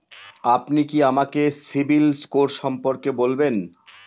আপনি কি আমাকে সিবিল স্কোর সম্পর্কে বলবেন?